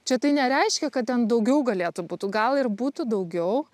čia tai nereiškia kad ten daugiau galėtų būtų gal ir būtų daugiau